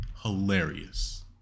hilarious